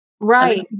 Right